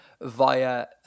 via